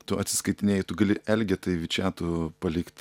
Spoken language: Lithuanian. tu atsiskaitinėji tu gali elgetai vičiatu palikt